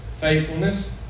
Faithfulness